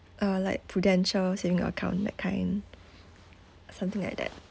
uh like Prudential savings account that kind something like that